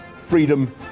freedom